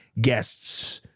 guests